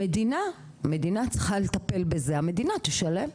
המדינה צריכה לטפל בזה, המדינה תשלם.